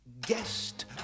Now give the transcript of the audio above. guest